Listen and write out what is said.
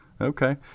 Okay